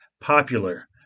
popular